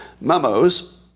memos